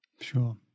Sure